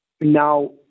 now